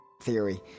theory